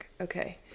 Okay